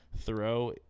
throw